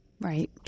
Right